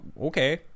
Okay